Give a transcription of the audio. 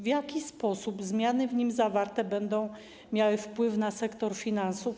W jaki sposób zmiany w nim zawarte będą miały wpływ na sektor finansów?